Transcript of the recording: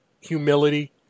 humility